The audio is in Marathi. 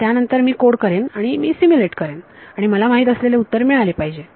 तर त्यानंतर मी कोड करेन आणि मी सिम्युलेट करेन आणि आणि मला माहीत असलेले उत्तर मिळाले पाहिजे